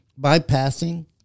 bypassing